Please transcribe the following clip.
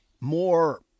more